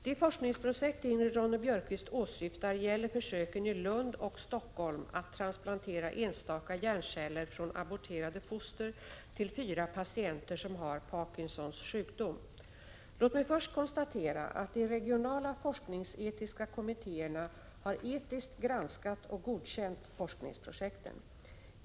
De forskningsprojekt Ingrid Ronne-Björkqvist åsyftar gäller försöken i Lund och Stockholm att transplantera enstaka hjärnceller från aborterade foster till fyra patienter som har Parkinsons sjukdom. Låt mig först konstatera att de regionala forskningsetiska kommittéerna etiskt har granskat och godkänt forskningsprojekten.